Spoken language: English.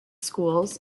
schools